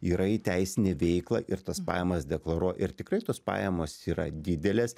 yra įteisinę veiklą ir tas pajamas deklaruoja ir tikrai tos pajamos yra didelės